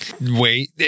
Wait